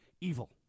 evil